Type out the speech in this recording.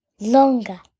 Longer